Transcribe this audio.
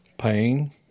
Pain